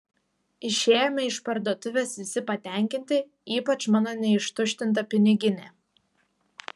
išėjome iš parduotuvės visi patenkinti ypač mano neištuštinta piniginė